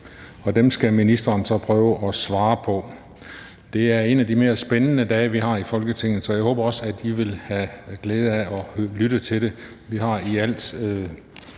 Dem skal ministeren så prøve at svare på. Det er en af de mere spændende dage, vi har i Folketinget, så jeg håber også, at I vil have glæde af at lytte til det. Vi har i alt,